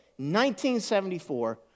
1974